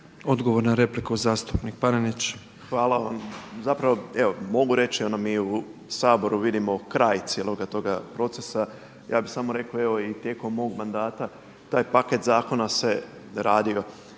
Odgovor na repliku zastupnik Panenić. **Panenić, Tomislav (MOST)** Zapravo evo, mogu reći ono mi u Saboru vidimo kraj cijeloga tog procesa. Ja bih samo rekao evo i tijekom mog mandata taj paket zakona se radio.